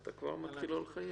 אתה כבר לא מחייך.